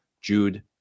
Jude